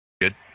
good